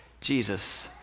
Jesus